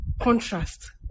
contrast